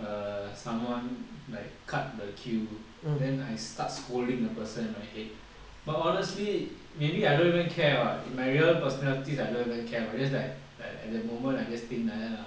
err someone like cut the queue then I start scolding the person in my head but honestly maybe I don't even care [what] in my real personality I don't even care I just like that at the moment I just think like that lah